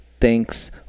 Thanks